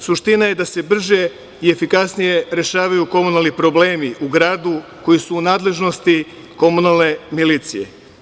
Suština je da se brže i efikasnije rešavaju komunalni problemi u gradu koji su u nadležnosti komunalne milicije.